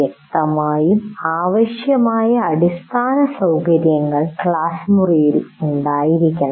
വ്യക്തമായും ആവശ്യമായ അടിസ്ഥാനസൌകര്യങ്ങൾ ക്ലാസ് മുറിയിൽ ഉണ്ടായിരിക്കണം